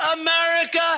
America